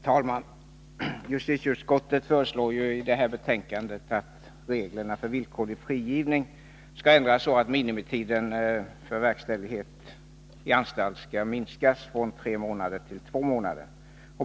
Herr talman! Justitieutskottet föreslår i detta betänkande att reglerna för villkorlig frigivning ändras så att minimitiden för verkställighet i anstalt minskas från tre månader till två månader.